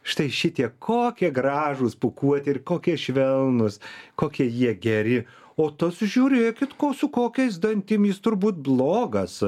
štai šitie kokie gražūs pūkuoti ir kokie švelnūs kokie jie geri o tas sužiūrėkit ko su kokiais dantim jis turbūt blogas